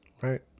Right